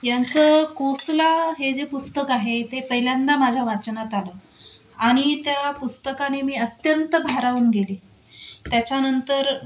यांचं कोसला हे जे पुस्तक आहे ते पहिल्यांदा माझ्या वाचनात आलं आणि त्या पुस्तकाने मी अत्यंत भारावून गेले त्याच्यानंतर